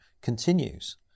continues